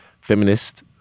feminist